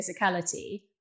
physicality